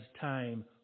time